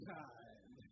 time